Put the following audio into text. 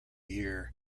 year